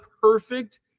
perfect